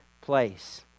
place